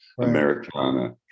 americana